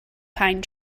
pine